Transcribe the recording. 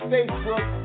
Facebook